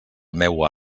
meua